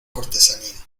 cortesanía